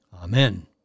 Amen